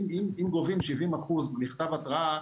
אם גובים 70% מכתב התראה,